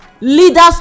Leaders